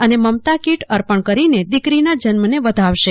અને મમતા કીટ અર્પણ કરીને દીકરીના જન્મને વધાવશે